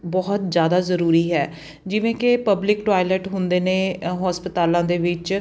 ਬਹੁਤ ਜ਼ਿਆਦਾ ਜ਼ਰੂਰੀ ਹੈ ਜਿਵੇਂ ਕਿ ਪਬਲਿਕ ਟੋਇਲਟ ਹੁੰਦੇ ਨੇ ਹਸਪਤਾਲਾਂ ਦੇ ਵਿੱਚ